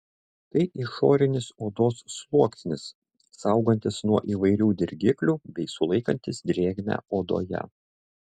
tai išorinis odos sluoksnis saugantis nuo įvairių dirgiklių bei sulaikantis drėgmę odoje